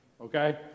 okay